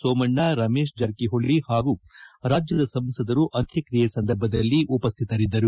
ಸೋಮಣ್ಣ ರಮೇಶ ಜಾರಕಿಹೊಳಿ ಹಾಗೂ ರಾಜ್ಯದ ಸಂಸದರು ಅಂತ್ಯಕ್ರಿಯೆ ಸಂದರ್ಭದಲ್ಲಿ ಉಪ್ಯತರಿದ್ದರು